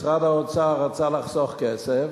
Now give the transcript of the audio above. משרד האוצר רצה לחסוך כסף,